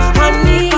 honey